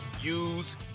use